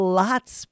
lots